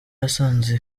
yasanze